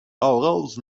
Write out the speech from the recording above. آغاز